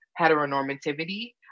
heteronormativity